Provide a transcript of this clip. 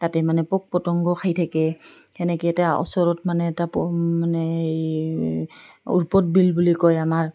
তাতে মানে পোক পতংগ খাই থাকে তেনেকৈ এটা ওচৰত মানে এটা প মানে এই উৎপদ বিল বুলি কয় আমাৰ